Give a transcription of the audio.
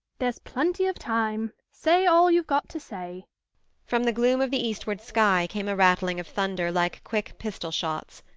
there's plenty of time. say all you've got to say from the gloom of the eastward sky came a rattling of thunder, like quick pistol-shots.